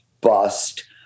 bust